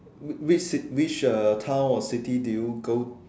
whi which which uh town or city did you go